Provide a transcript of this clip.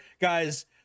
guys